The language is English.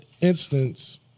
instance